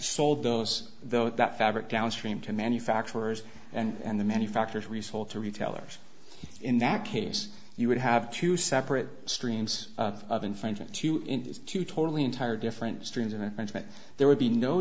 sold those though that fabric downstream to manufacturers and the manufacturers resold to retailers in that case you would have to separate streams of infringement to totally entire different streams and there would be no